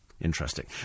Interesting